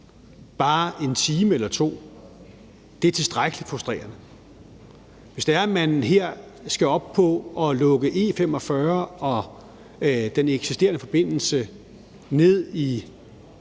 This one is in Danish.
bare 1 time eller 2 tilstrækkelig frustrerende. Hvis man her skal op på at lukke E 45 og den eksisterende forbindelse ned i